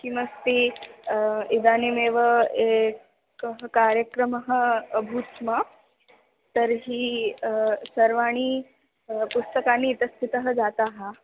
किमस्ति इदानीमेव सः कार्यक्रमः अभूत् स्म तर्हि सर्वाणि पुस्त्कानि इतस्ततः जातानि